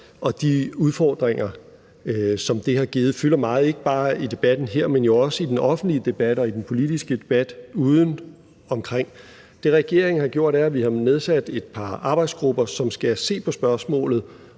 og de udfordringer, som det har givet, fylder meget, ikke bare i debatten her, men jo også i den offentlige debat og i den politiske debat udeomkring. Det, regeringen har gjort, er, at vi har nedsat et par arbejdsgrupper, som skal se på spørgsmålet